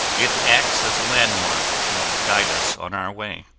it acts as a landmark to guide us on our way.